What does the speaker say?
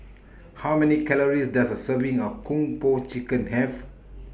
How Many Calories Does A Serving of Kung Po Chicken Have